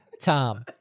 Tom